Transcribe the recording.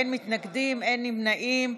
אין מתנגדים, אין נמנעים.